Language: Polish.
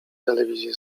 telewizji